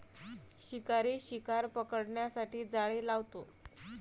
शिकारी शिकार पकडण्यासाठी जाळे लावतो